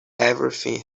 everything